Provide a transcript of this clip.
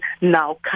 now